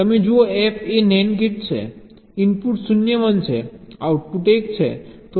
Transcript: તમે જુઓ F એ NAND ગેટ છે ઇનપુટ્સ 0 1 છે આઉટપુટ 1 છે